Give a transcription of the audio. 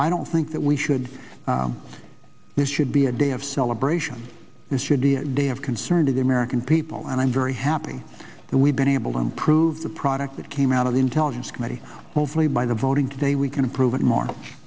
i don't think that we should this should be a day of celebration this should be a day of concern to the american people and i'm very happy that we've been able to improve the product that came out of the intelligence committee hopefully by the voting today we can improv